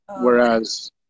Whereas